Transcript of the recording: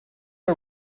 are